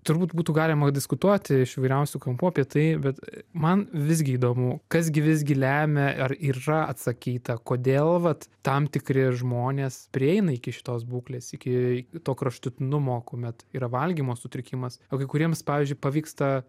turbūt būtų galima diskutuoti iš įvairiausių kampų apie tai bet man visgi įdomu kas gi visgi lemia ar yra atsakyta kodėl vat tam tikri žmonės prieina iki šitos būklės iki to kraštutinumo kuomet yra valgymo sutrikimas o kai kuriems pavyzdžiui pavyksta